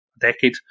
decade